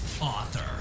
author